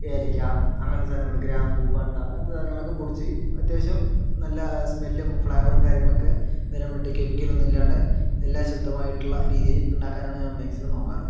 ഏലയ്ക്ക അങ്ങനത്തെ സാധനങ്ങൾ ഗ്രാമ്പു പട്ട അങ്ങനത്തെ സാധനങ്ങളൊക്കെ പൊടിച്ച് അത്യാവശ്യം നല്ല സ്മെല്ലും ഫ്ളേവറും കാര്യങ്ങളൊക്കെ വരാൻ വേണ്ടി കെമിക്കലൊന്നും ഇല്ലാതെ എല്ലാം ശുദ്ധമായിട്ടുള്ള രീതിയിൽ ഉണ്ടാക്കാനാണ് ഞാൻ മാക്സിമം നോക്കാറ്